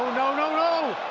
no, no, no.